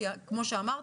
כמו שאמרתי,